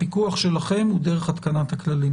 הפיקוח שלכם הוא דרך התקנת הכללים.